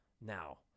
Now